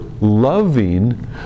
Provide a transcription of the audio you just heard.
loving